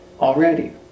already